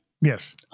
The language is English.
Yes